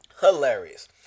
Hilarious